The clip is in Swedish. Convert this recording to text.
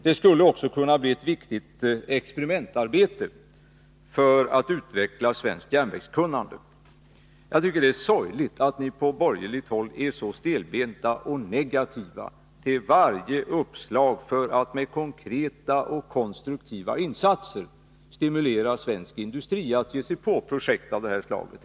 Det skulle också kunna bli ett viktigt experimentarbete för att utveckla svenskt järnvägskunnande. Jag tycker det är sorgligt att ni på borgerligt håll är så stelbenta och negativa till varje uppslag för att med konkreta och konstruktiva insatser stimulera svensk industri att ge sig på projekt av det här slaget.